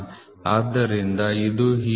ಆದ್ದರಿಂದ ಇದು ಹೀಗಿದೆ